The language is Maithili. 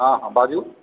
हॅं हॅं बाजू